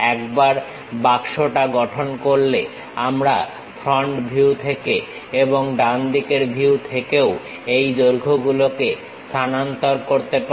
একবার বাক্সটা গঠন করলে আমরা ফ্রন্ট ভিউ থেকে এবং ডান দিকের ভিউ থেকেও এই দৈর্ঘ্য গুলোকে স্থানান্তর করতে পারি